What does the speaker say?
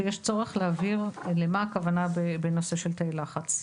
שיש צורך להבהיר למה הכוונה בנושא של תאי לחץ.